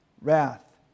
wrath